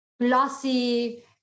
glossy